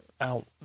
out